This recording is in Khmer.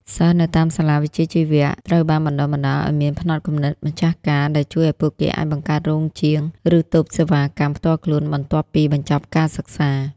សិស្សនៅតាមសាលាវិជ្ជាជីវៈត្រូវបានបណ្ដុះបណ្ដាលឱ្យមាន "ផ្នត់គំនិតម្ចាស់ការ" ដែលជួយឱ្យពួកគេអាចបង្កើតរោងជាង ឬតូបសេវាកម្មផ្ទាល់ខ្លួនបន្ទាប់ពីបញ្ចប់ការសិក្សា។